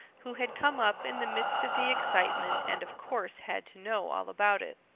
who had come up in the midst of the excitement and of course had to know all about it.